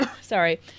sorry